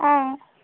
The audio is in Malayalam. ആ